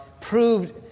proved